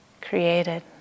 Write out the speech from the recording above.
created